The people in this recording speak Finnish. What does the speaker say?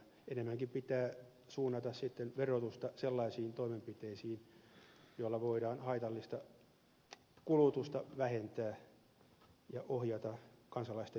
enemmänkin pitää suunnata sitten verotusta sellaisiin toimenpiteisiin joilla voidaan haitallista kulutusta vähentää ja ohjata kansalaisten käyttäytymistä